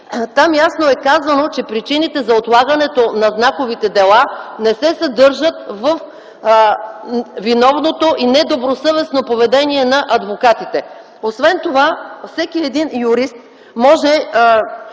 Там ясно е казано, че причините за отлагането на знаковите дела не се съдържат във виновното и недобросъвестно поведение на адвокатите. Освен това всеки юрист може